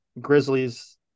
grizzlies